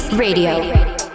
Radio